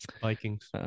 Vikings